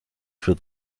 für